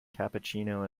cappuccino